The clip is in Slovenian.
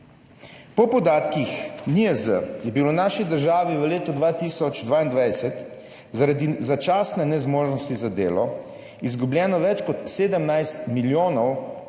Po podatkih NIJZ je bilo v naši državi v letu 2022 zaradi začasne nezmožnosti za delo izgubljenih več kot 17 milijonov